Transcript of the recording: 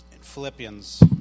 Philippians